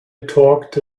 talked